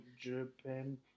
Japan